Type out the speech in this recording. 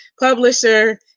publisher